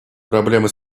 проблемы